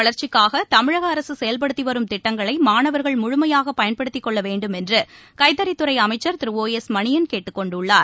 வளர்ச்சிக்காகதமிழகஅரசுசெயல்படுத்திவரும் கல்வித்துறையின் திட்டங்களைமாணவர்கள் முழுமையாகபயன்படுத்திக் கொள்ளவேண்டும் என்றுகைத்தறித் துறைஅமைச்சர் திரு ஓ எஸ் மணியள் கேட்டுக் கொண்டுள்ளார்